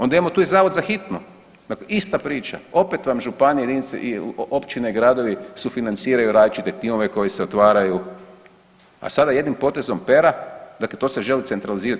Onda imamo tu i zavod za hitnu, dakle ista priča, opet vam županije, jedinice, općine i gradovi sufinanciraju različite timove koji se otvaraju, a sada jednim potezom pera dakle to se želi centralizirati.